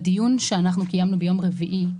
בדיון שקיימנו ביום רביעי,